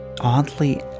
oddly